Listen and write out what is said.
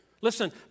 Listen